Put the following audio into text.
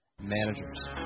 Managers